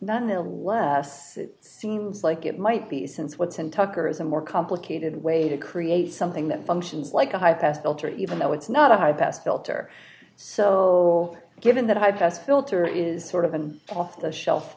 nonetheless it seems like it might be since what's in tucker is a more complicated way to create something that functions like a high pass filter even though it's not a high pass filter so given that high pass filter is sort of an off the shelf